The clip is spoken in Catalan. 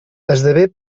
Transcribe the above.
esdevé